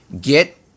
get